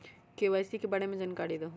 KYC के बारे में जानकारी दहु?